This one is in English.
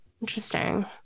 interesting